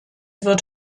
wird